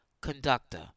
conductor